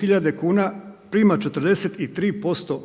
hiljade kuna prima 43%